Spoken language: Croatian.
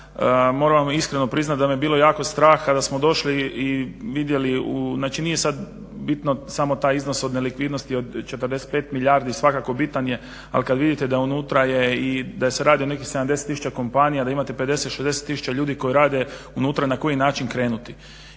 moram vam iskreno priznat da me je bilo jako strah kada smo došli i vidjeli, znači nije sad bitan samo taj iznos od nelikvidnosti od 45 milijardi, svakako bitan je ali kad vidite da unutra je i da se radi o nekakvih 70 tisuća kompanija, da imate 50-60 tisuća ljudi koji rade unutra, na koji način krenuti.